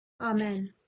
Amen